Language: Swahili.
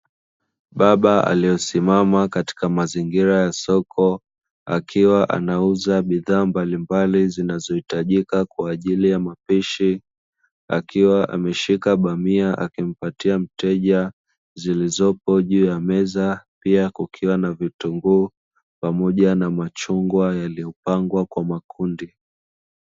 Baba aliyosimama katika mazingira ya soko akiwa anauza bidhaa mbalimbali zinazohitajika kwa ajili ya mapishi, akiwa ameshika bamia akimpatia mteja zilizopo juu ya meza pia; kukiwa na vitunguu pamoja na machungwa yaliyopangwa kwa makundi.